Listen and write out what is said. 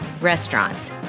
restaurants